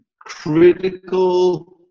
critical